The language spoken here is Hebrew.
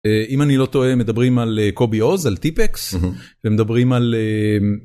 אם אני לא טועה מדברים על קובי אוז על טיפקס ומדברים על.